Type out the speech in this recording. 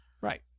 Right